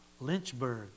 Lynchburg